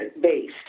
based